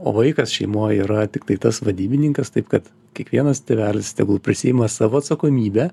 o vaikas šeimoj yra tiktai tas vadybininkas taip kad kiekvienas tėvelis tegul prisiima savo atsakomybę